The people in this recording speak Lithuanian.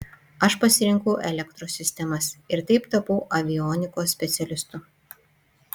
aš pasirinkau elektros sistemas ir taip tapau avionikos specialistu